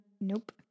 Nope